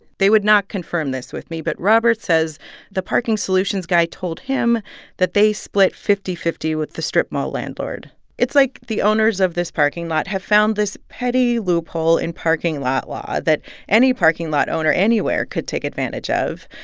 they would not confirm this with me, but robert says the parking solutions guy told him that they split fifty fifty with the strip mall landlord it's like the owners of this parking lot have found this petty loophole in parking lot law that any parking lot owner anywhere could take advantage of.